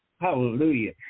Hallelujah